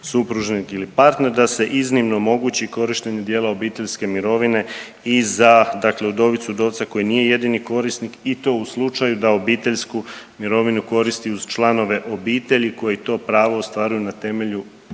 supružnik ili partner, da se iznimno omogući korištenje dijela obiteljske mirovine i za dakle udovicu i udovca koji nije jedini korisnik i to u slučaju da obiteljsku mirovinu koristi uz članove obitelji koji to pravo ostvaruju na temelju